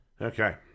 okay